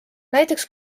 näiteks